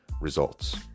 results